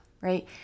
right